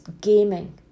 gaming